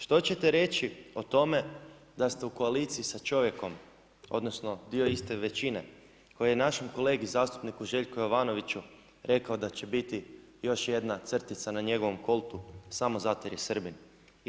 Što ćete reći o tome da ste u koaliciji sa čovjekom odnosno iste većine, koji je našem kolegi, zastupniku Željku Jovanoviću rekao da će biti još jedna crtica na njegovom Coltu samo zato jer je Srbin.